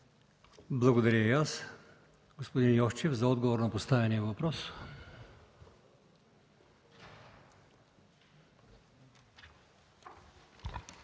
Благодаря и аз. Господин Йовчев – за отговор на поставения въпрос.